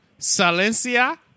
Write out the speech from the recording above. Salencia